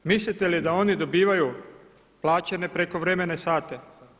Mislite li da oni dobivaju plaćene prekovremene sate?